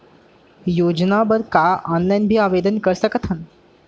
योजना बर का ऑनलाइन भी आवेदन कर सकथन?